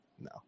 no